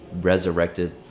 resurrected